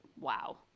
wow